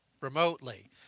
remotely